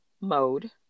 mode